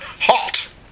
Hot